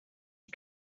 you